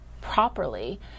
properly